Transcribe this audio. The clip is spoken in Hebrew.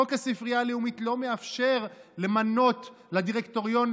חוק הספרייה הלאומית לא מאפשר למנות לדירקטוריון,